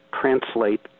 translate